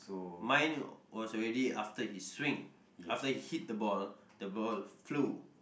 mine was already after he swing after he hit the ball the ball flew